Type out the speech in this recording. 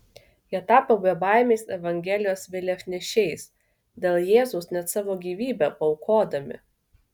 jie tapo bebaimiais evangelijos vėliavnešiais dėl jėzaus net savo gyvybę paaukodami